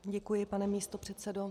Děkuji, pane místopředsedo.